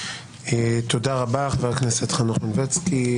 תודה רבה, חבר הכנסת חנוך מלביצקי.